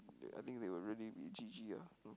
they I think they will really G_G ah